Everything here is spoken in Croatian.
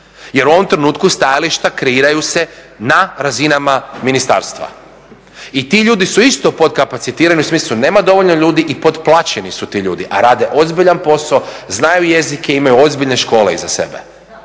jer u ovom trenutku stajališta kreiraju se na razinama ministarstva. I ti ljudi su isto potkapacitirani, u smislu nema dovoljno ljudi, i potplaćeni su ti ljudi a rade ozbiljan posao, znaju jezike i imaju ozbiljne škole iza sebe.